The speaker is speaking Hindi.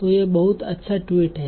तो यह बहुत अच्छा ट्वीट है